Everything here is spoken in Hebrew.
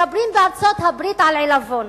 מדברים בארצות-הברית על עלבון?